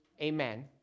amen